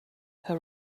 her